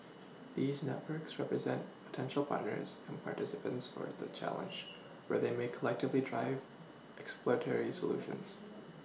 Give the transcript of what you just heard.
these networks represent potential partners and participants for the challenge where they may collectively drive exploratory solutions